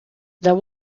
there